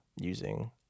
using